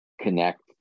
connect